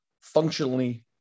functionally